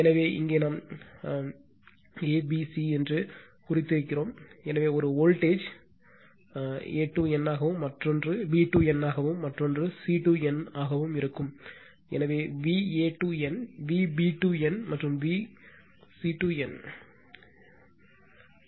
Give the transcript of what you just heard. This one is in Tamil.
எனவே இங்கே நாம் இதேபோல் a b c என்று குறித்திருக்கிறோம் எனவே ஒரு வோல்ட்டேஜ் a to n ஆகவும் மற்றொன்று b to n ஆகவும் மற்றொன்று c to n ஆகவும் இருக்கும் எனவே V a to n V b to n மற்றும் V c முதல் n